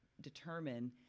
determine